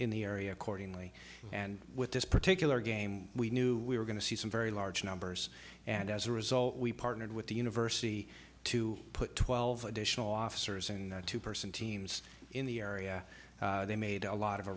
in the area accordingly and with this particular game we knew we were going to see some very large numbers and as a result we partnered with the university to put twelve additional officers and two person teams in the area they made a lot of